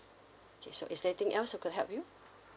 K so is there anything else I could help you